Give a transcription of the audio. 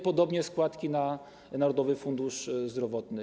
Podobnie - składki na Narodowy Fundusz Zdrowotny.